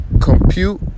compute